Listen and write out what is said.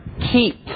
keep